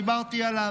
דיברתי עליו,